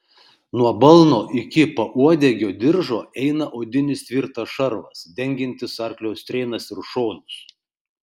nuo balno iki pauodegio diržo eina odinis tvirtas šarvas dengiantis arklio strėnas ir šonus